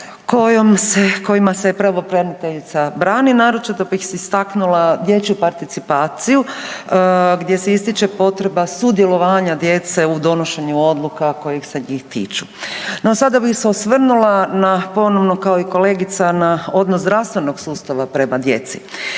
kojima se pravobraniteljica… /ne razumije se/…. Naročito bih istaknula dječju participaciju gdje se ističe potreba sudjelovanja djece u donošenju odluka koje se njih tiču. No sada bih se osvrnula na ponovno kao i kolegica na odnos zdravstvenog sustava prema djeci.